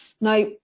Now